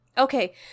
Okay